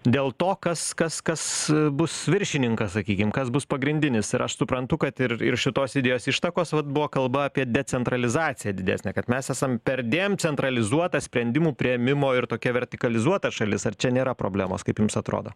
dėl to kas kas kas bus viršininkas sakykim kas bus pagrindinis ir aš suprantu kad ir ir šitos idėjos ištakos vat buvo kalba apie decentralizaciją didesnę kad mes esam perdėm centralizuota sprendimų priėmimo ir tokia vertikalizuota šalis ar čia nėra problemos kaip jums atrodo